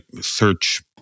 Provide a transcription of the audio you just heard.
search